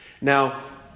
Now